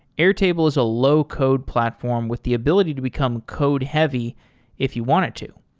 airtable is a low code platform with the ability to become code-heavy if you want it to.